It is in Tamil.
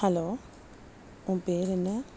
ஹலோ உன் பெயரென்ன